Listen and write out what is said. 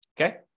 Okay